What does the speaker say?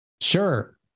Sure